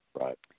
Right